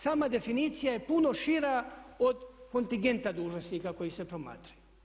Sama definicija je puno šira od kontingenta dužnosnika koji se promatraju.